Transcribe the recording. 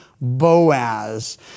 Boaz